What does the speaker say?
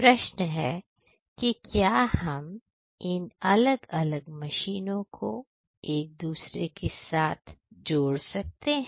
प्रश्न के है कि क्या हम इन अलग अलग मशीनों को एक दूसरे के साथ जोड़ सकते हैं